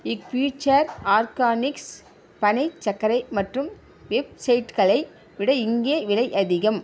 Future organics பனை சர்க்கரை மற்றும் வெப்சைட்களை விட இங்கே விலை அதிகம்